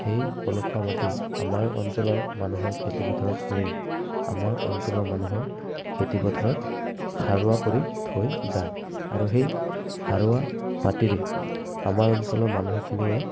সেই পলসুৱা মাটি আমাৰ অঞ্চলৰ মানুহৰ খেতি পথাৰত পৰি আমাৰ অঞ্চলৰ মানুহৰ খেতি পথাৰত সাৰুৱা কৰি থৈ যায় আৰু সেই সাৰুৱা মাটিৰে আমাৰ অঞ্চলৰ মানুহখিনিয়ে